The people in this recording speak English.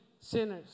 sinners